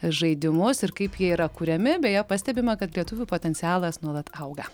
žaidimus ir kaip jie yra kuriami beje pastebima kad lietuvių potencialas nuolat auga